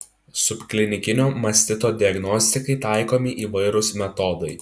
subklinikinio mastito diagnostikai taikomi įvairūs metodai